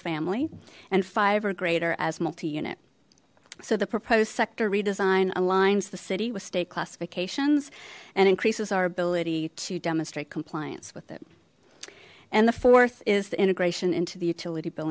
family and five or greater as multi unit so the proposed sector redesign aligns the city with state classifications and increases our ability to demonstrate compliance with it and the fourth is the integration into the utility bill